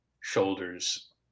shoulders